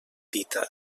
dita